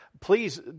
please